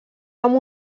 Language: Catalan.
amb